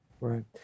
Right